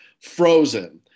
frozen